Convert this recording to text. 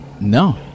no